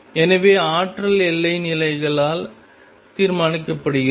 எனவே ஆற்றல் எல்லை நிலைகளால் தீர்மானிக்கப்படுகிறது